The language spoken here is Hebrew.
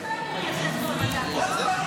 רבותיי, השרה גולן, בבקשה.